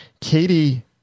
Katie